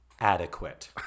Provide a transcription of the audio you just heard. Adequate